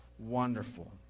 Wonderful